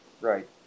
Right